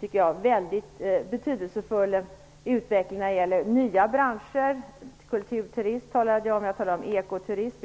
tycker jag, en väldigt betydelsefull utveckling av nya branscher. Kulturturism talade jag om, och jag talade om ekoturism.